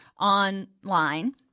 online